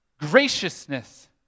graciousness